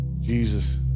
Jesus